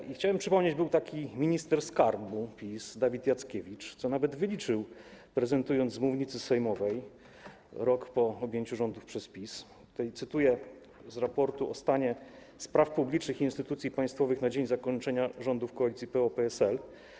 I chciałbym przypomnieć, że był taki minister skarbu PiS Dawid Jackiewicz, który nawet to wyliczył, prezentując z mównicy sejmowej rok po objęciu rządów przez PiS „Raport o stanie spraw publicznych i instytucji państwowych na dzień zakończenia rządów koalicji PO-PSL”